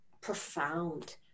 profound